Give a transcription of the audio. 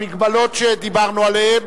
במגבלות שדיברנו עליהן.